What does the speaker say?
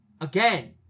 Again